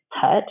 touch